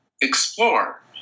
explore